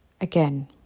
Again